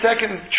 second